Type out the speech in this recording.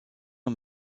ont